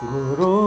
Guru